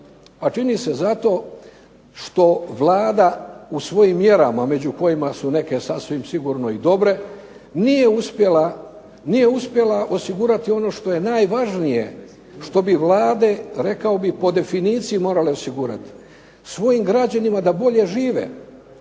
Čini se zato što Vlada u svojim mjerama među kojima su neke sasvim sigurno i dobre nije uspjela osigurati najvažnije što bi Vlade rekao bih po definiciji morale osigurati, svojim građanima da bolje žive,